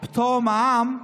פטור ממע"מ,